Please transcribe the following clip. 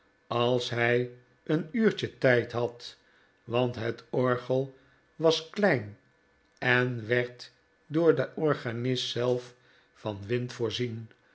als hij een uurtje tijd had want het orgel was klein en werd door den organist zelf van wind voorzien